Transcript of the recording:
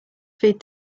feed